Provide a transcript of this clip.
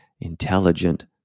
intelligent